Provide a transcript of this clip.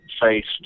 faced